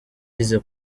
yize